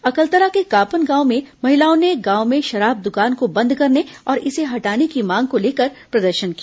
अकलतरा के कापन गांव में महिलाओं ने गांव में शराब दुकान को बंद करने और इसे हटाने की मांग को लेकर प्रदर्शन किया